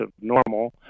normal